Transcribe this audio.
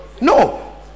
no